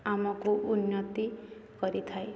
ଆମକୁ ଉନ୍ନତି କରିଥାଏ